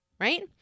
right